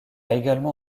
également